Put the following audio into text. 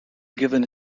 given